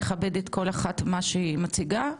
נכבד כל אחת מה שהיא מציגה.